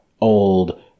old